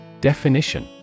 Definition